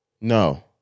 No